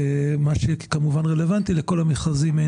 מה שכמובן רלוונטי לכל המכרזים של